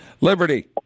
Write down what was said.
Liberty